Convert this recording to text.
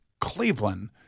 Cleveland